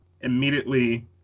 immediately